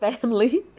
family